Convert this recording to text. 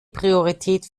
priorität